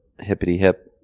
hippity-hip